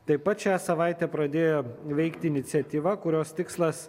taip pat šią savaitę pradėjo veikti iniciatyva kurios tikslas